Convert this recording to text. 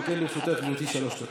גם לרשותך שלוש דקות.